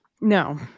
No